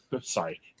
Sorry